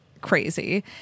crazy